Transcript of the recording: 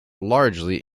largely